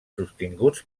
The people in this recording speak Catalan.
sostinguts